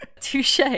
Touche